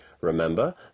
Remember